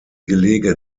gelege